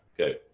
okay